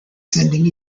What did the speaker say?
sending